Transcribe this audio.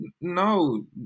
No